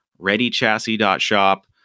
readychassis.shop